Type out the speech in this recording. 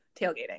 tailgating